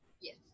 Yes